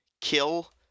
Kill